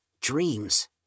dreams